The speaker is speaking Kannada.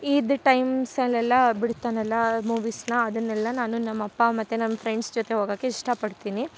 ಈದ್ ಟೈಮ್ಸ್ ಅಲೆಲ್ಲ ಬಿಡ್ತಾನಲ ಮೂವಿಸನ್ನ ಅದನ್ನೆಲ್ಲ ನಾನು ನಮ್ಮ ಅಪ್ಪ ಮತ್ತು ನಮ್ಮ ಫ್ರೆಂಡ್ಸ್ ಜೊತೆ ಹೋಗೊಕೆ ಇಷ್ಟ ಪಡ್ತಿನಿ